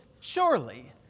surely